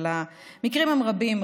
אבל המקרים הם רבים,